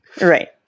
Right